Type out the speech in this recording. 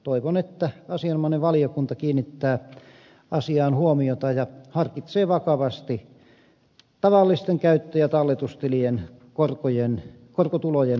toivon että asianomainen valiokunta kiinnittää asiaan huomiota ja harkitsee vakavasti tavallisten käyttö ja talletustilien korkotulojen verovapautta